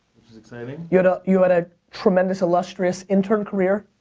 which is exciting. you had ah you had a tremendous, illustrious intern career.